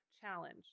challenge